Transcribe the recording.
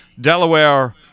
Delaware